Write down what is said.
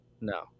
No